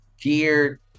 geared